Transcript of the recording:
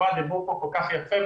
דיברו פה כל כך יפה,